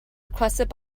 requested